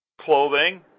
clothing